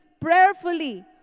prayerfully